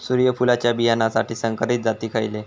सूर्यफुलाच्या बियानासाठी संकरित जाती खयले?